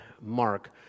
Mark